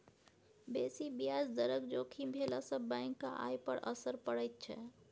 बेसी ब्याज दरक जोखिम भेलासँ बैंकक आय पर असर पड़ैत छै